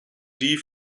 die